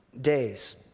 days